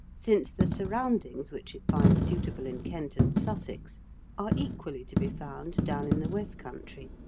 since the surroundings which it finds suitable in kent and sussex are equally to be found down in the west country,